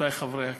רבותי חברי הכנסת,